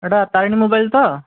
ଏଇଟା ତାରିଣୀ ମୋବାଇଲ୍ ତ